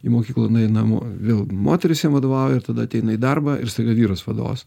į mokyklą nueinam vėl moterys jam vadovauja ir tada ateina į darbą ir staiga vyras vadovas